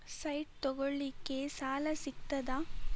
Site ತಗೋಳಿಕ್ಕೆ ಸಾಲಾ ಸಿಗ್ತದಾ?